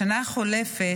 בשנה החולפת,